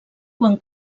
quan